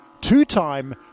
two-time